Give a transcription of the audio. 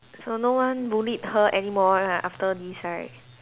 so no one bullied her anymore ah after this right